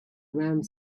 around